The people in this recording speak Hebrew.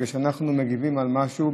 כי אנחנו מגיבים על משהו,